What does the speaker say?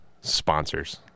Sponsors